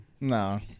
No